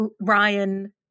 Ryan